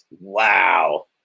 Wow